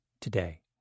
today